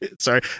sorry